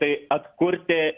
tai atkurti